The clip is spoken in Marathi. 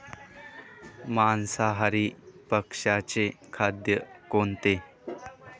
मांसाहारी पक्ष्याचे खाद्य कोणते?